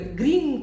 green